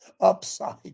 upside